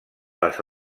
les